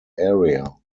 area